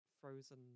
frozen